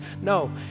No